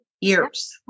years